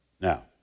Now